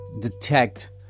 detect